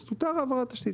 אז מותר העברת תשתית.